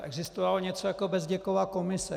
Existovalo něco jako Bezděkova komise.